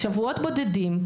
שבועות בודדים,